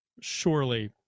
surely